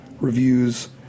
reviews